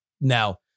Now